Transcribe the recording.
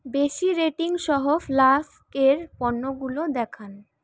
বেশি রেটিং সহ ফ্লাস্ক এর পণ্যগুলো দেখান